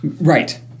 right